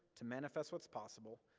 to manifest what's possible,